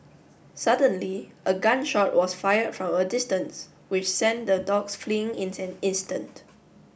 suddenly a gun shot was fire from a distance which sent the dogs fleeing in an instant